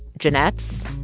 jennet's,